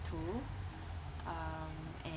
two um and